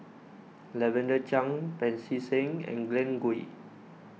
Lavender Chang Pancy Seng and Glen Goei